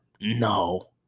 No